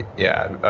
yeah, ah